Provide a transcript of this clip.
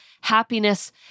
happiness